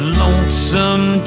lonesome